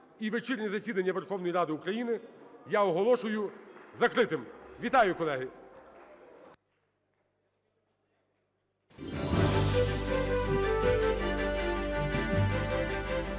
І вечірнє засідання Верховної Ради України я оголошую закритим. Вітаю, колеги!